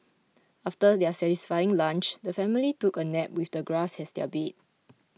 after their satisfying lunch the family took a nap with the grass as their bed